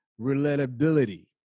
relatability